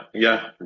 yes.